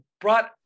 brought